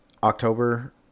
October